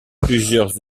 plusieurs